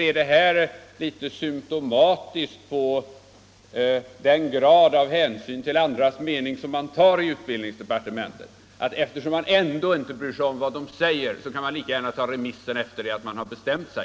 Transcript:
Är det här symtomatiskt för den grad av hänsyn till andras mening som man tar i utbildningsdepartementet? Är det så att eftersom man ändå inte bryr sig om vad andra säger, så kan man lika gärna ta remissen efter det att man har bestämt sig?